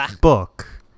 book